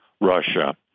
Russia